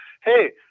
hey